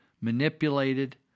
manipulated